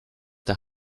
der